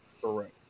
Correct